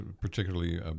particularly